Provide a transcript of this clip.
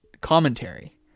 commentary